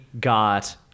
got